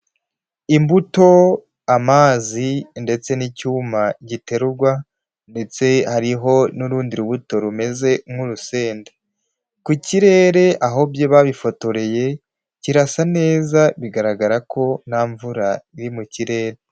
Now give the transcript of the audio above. Imbuto, amazi ndetse n'icyuma giterurwa ndetse hariho n'urundi rubuto rumeze nk'urusenda, ku kirere aho babifotoreye, kirasa neza bigaragara ko nta mvura iri mu kirere.